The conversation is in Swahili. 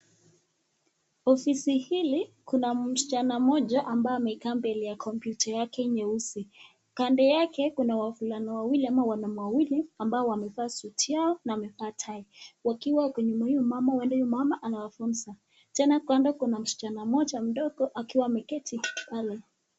Ofisi hili kuna msichana mmoja ambaye amekaa mbele ya kompyuta yake nyeusi, kando yake kuna wanaume wawili ama wanaume wawili ambao wamevaa suti yao, na wamevaa tai, wakiwa nyuma ya huyu mama anawafunza, tena kando kuna msichana mmoja mdogo akiwa ameketi pale.